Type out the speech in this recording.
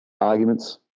arguments